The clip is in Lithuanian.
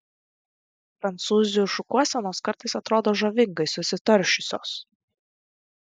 prancūzių šukuosenos kartais atrodo žavingai susitaršiusios